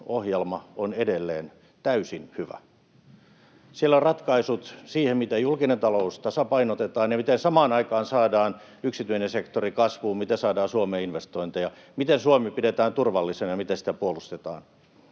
ohjelma on edelleen täysin hyvä. Siellä on ratkaisut siihen, miten julkinen talous tasapainotetaan ja miten samaan aikaan saadaan yksityinen sektori kasvuun, miten saadaan Suomeen investointeja, miten Suomi pidetään turvallisena ja miten sitä puolustetaan.